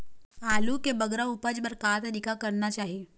आलू के बगरा उपज बर का तरीका करना चाही?